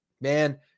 man